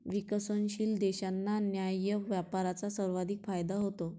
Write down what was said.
विकसनशील देशांना न्याय्य व्यापाराचा सर्वाधिक फायदा होतो